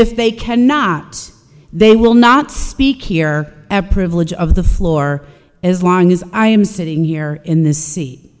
if they cannot they will not speak here at privilege of the floor as long as i am sitting here in th